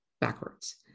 backwards